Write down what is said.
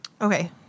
Okay